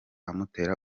amutera